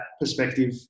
perspective